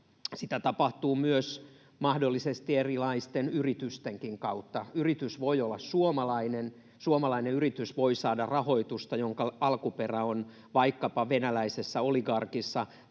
Sitä tapahtuu myös mahdollisesti erilaisten yritystenkin kautta. Yritys voi olla suomalainen. Suomalainen yritys voi saada rahoitusta, jonka alkuperä on vaikkapa venäläisessä oligarkissa